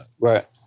Right